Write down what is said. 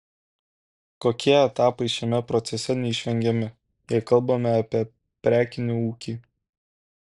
kokie etapai šiame procese neišvengiami jei kalbame apie prekinį ūkį